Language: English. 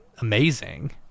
amazing